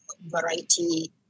variety